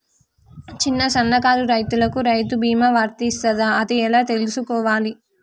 చిన్న సన్నకారు రైతులకు రైతు బీమా వర్తిస్తదా అది ఎలా తెలుసుకోవాలి?